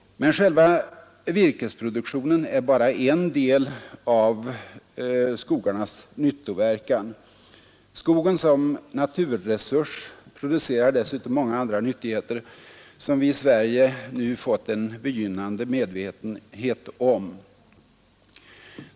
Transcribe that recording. Men själva virkesproduktionen är bara en del av skogarnas nyttoverkan. Skogen som naturresurs producerar dessutom många andra nyttigheter, som vi i Sverige nu fått en begynnande medvetenhet om.